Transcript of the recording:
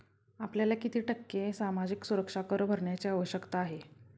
आपल्याला किती टक्के सामाजिक सुरक्षा कर भरण्याची आवश्यकता आहे?